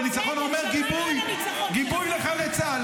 -- וניצחון אומר גיבוי לחיילי צה"ל,